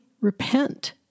repent